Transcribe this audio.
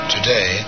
Today